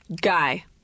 Guy